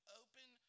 open